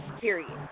Period